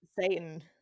Satan